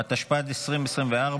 התשפ"ד 2024,